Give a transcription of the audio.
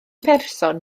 person